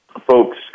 folks